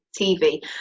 tv